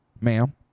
Ma'am